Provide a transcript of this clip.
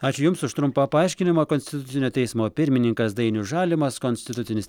ačiū jums už trumpą paaiškinimą konstitucinio teismo pirmininkas dainius žalimas konstitucinis